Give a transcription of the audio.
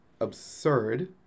absurd